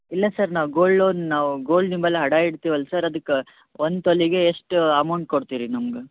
ಇಲ್ಲ ಸರ್ ನಾವು gold loan ನಾವು ಗೋಲ್ಡ್ ನಿಮ್ಮಲ್ಲಿ ಅಡ ಇಡ್ತೀವಲ್ಲ ಸರ್ ಅದಕ್ಕೆ ಒಂದು ತೊಲಿಗೆ ಎಷ್ಟು ಅಮೌಂಟ್ ಕೊಡ್ತೀರಿ ನಮ್ಗೆ